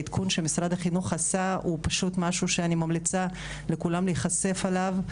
העדכון שמשרד החינוך עשה הוא פשוט משהו שאני ממליצה לכולם להיחשף אליו.